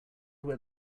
where